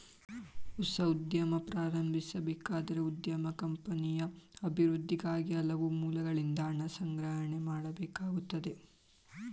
ಹೊಸ ಉದ್ಯಮ ಪ್ರಾರಂಭಿಸಬೇಕಾದರೆ ಉದ್ಯಮಿ ಕಂಪನಿಯ ಅಭಿವೃದ್ಧಿಗಾಗಿ ಹಲವು ಮೂಲಗಳಿಂದ ಹಣ ಸಂಗ್ರಹಣೆ ಮಾಡಬೇಕಾಗುತ್ತದೆ